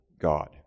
God